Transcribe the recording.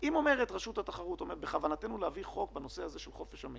אם רשות התחרות אומרת: בכוונתנו להביא הצעת חוק בנושא חופש המידע,